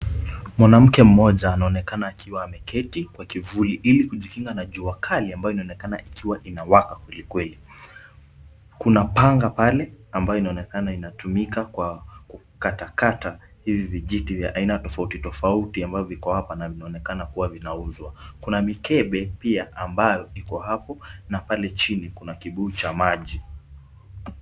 Mwanamke mmoja anaonekana akiwa ameketi kwa kivuli ili kujikinga na jua kali ambayo inaonekana ikiwa inawaka kweli kweli. Kuna panga pale ambayo inaonekana inatumika kwa kukatakata hivi vijiti vya aina tofauti tofauti ambavyo viko hapa na vinaonekana kuwa vinauzwa. Kuna mikebe pia ambayo iko hapo na pale chini kuna kibuyu cha maji.